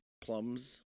plums